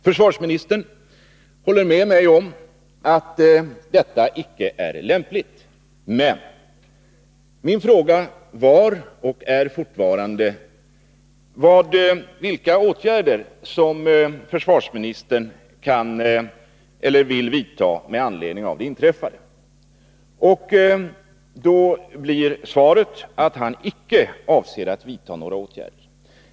Försvarsministern håller med mig om att detta icke är lämpligt. Men min fråga var vilka åtgärder som försvarsministern ville vidta med anledning av det inträffade. Svaret blev att han icke avser att vidta några åtgärder.